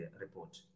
report